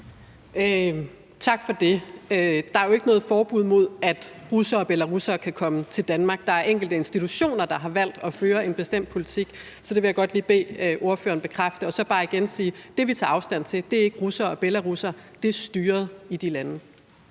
Tak for det. Der er jo ikke noget forbud imod, at russere og belarussere kan komme til Danmark. Der er enkelte institutioner, der har valgt at føre en bestemt politik, så det vil jeg godt lige bede ordføreren om at bekræfte. Og så vil jeg bare igen sige, at det, vi tager afstand fra, er ikke russere og belarussere, men styret i de lande.